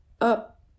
up